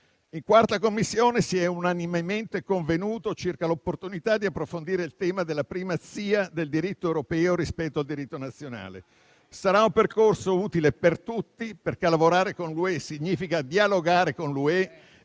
In 4a Commissione si è unanimemente convenuto circa l'opportunità di approfondire il tema della primazia del diritto europeo rispetto al diritto nazionale. Sarà un percorso utile per tutti, perché lavorare con l'UE significa dialogare con l'UE